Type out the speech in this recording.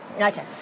Okay